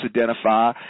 identify